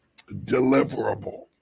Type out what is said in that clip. deliverable